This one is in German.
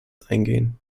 eingehen